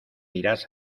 irás